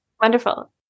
Wonderful